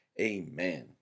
amen